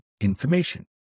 information